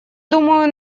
думаю